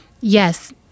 yes